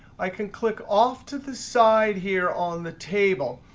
i can click off to the side here on the table.